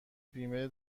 بیمه